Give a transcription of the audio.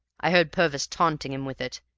i heard purvis taunting him with it,